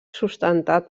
sustentat